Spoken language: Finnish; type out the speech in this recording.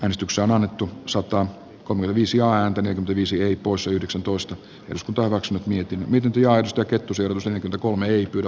äänestyksen annettu sotaan kun viisi ääntä viisi oli poissa yhdeksäntoista osku torroks mä mietin miten työaiksta kettuselta nyt kun ei kyllä